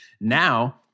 Now